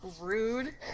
rude